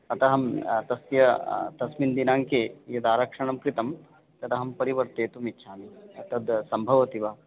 अतः अहं तस्य तस्मिन् दिनाङ्के यद् आरक्षणं कृतं तदहं परिवर्तयितुमिच्छामि तद् सम्भवति वा